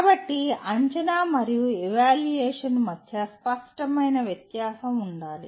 కాబట్టి అంచనా మరియు ఎవాల్యుయేషన్ మధ్య స్పష్టమైన వ్యత్యాసం ఉండాలి